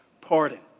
pardon